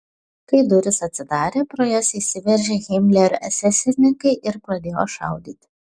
kai durys atsidarė pro jas įsiveržė himlerio esesininkai ir pradėjo šaudyti